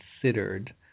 considered